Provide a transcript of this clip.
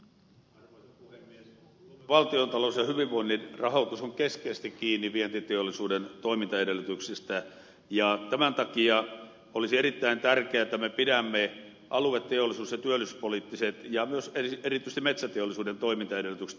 suomen valtiontalous ja hyvinvoinnin rahoitus on keskeisesti kiinni vientiteollisuuden toimintaedellytyksistä ja tämän takia olisi erittäin tärkeää että me pidämme alue teollisuus ja työllisyyspoliittisista ja myös erityisesti metsäteollisuuden toimintaedellytyksistä huolta